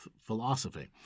philosophy